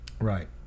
Right